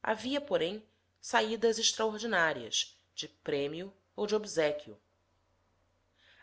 havia porém saídas extraordinárias de prêmio ou de obséquio